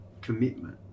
commitment